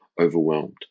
overwhelmed